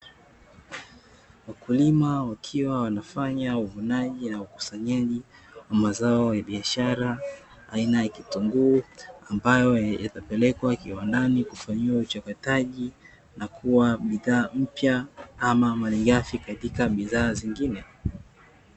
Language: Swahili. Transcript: Wakulima wakiwa wanafanya uvunaji na ukusanyaji wa mazao ya biashara aina ya kitunguu, ambayo yatapelekwa viwandani, kufanyiwa uchakataji na kuwa bidhaa mpya ama malighafi katika bidhaa zingine.